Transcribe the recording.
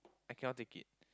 I cannot take it